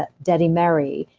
ah dedi meiri,